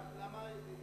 למה?